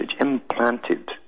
implanted